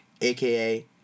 aka